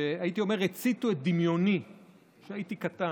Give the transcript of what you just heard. שהייתי אומר שהציתו את דמיוני כשהייתי קטן,